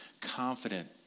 confident